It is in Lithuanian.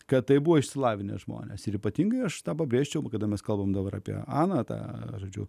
kad tai buvo išsilavinę žmonės ir ypatingai štabo pėsčiom kada mes kalbame dabar apie amatą žodžiu